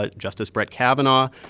ah justice brett kavanaugh.